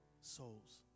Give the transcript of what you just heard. Souls